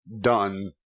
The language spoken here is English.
done